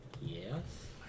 Yes